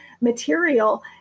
material